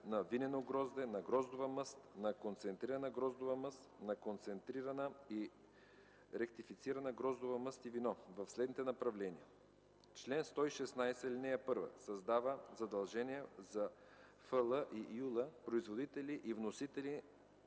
на винено грозде, на гроздова мъст, на концентрирана гроздова мъст, на концентрирана и ректифицирана гроздова мъст и вино в следните направления: - Чл. 116 ал. 1 създава задължения за физически и юридически